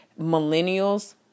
millennials